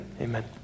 amen